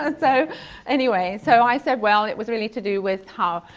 and so anyway. so, i said, well, it was really to do with how,